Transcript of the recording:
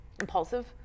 impulsive